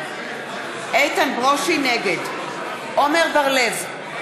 נגד עמר בר-לב,